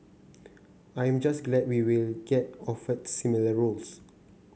I am just glad we will get offered similar roles